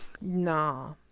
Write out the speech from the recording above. Nah